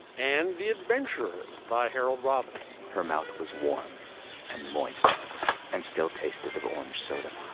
and the adventures by harold robbins her mouth was warm and moist and still tasted of orange soda,